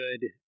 good